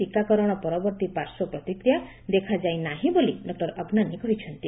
ଟିକାକରଣ ପରବର୍ତ୍ତୀ ପାର୍ଶ୍ୱପ୍ରତିକ୍ରିୟା ଦେଖା ଯାଇନାହିଁ ବୋଲି ଡକୁର ଅଗ୍ନାନୀ କହିଚ୍ଚନ୍ତି